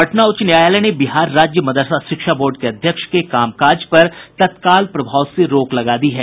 पटना उच्च न्यायालय ने बिहार राज्य मदरसा शिक्षा बोर्ड के अध्यक्ष के कामकाज पर तत्काल प्रभाव से रोक लगा दी है